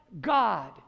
God